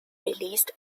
released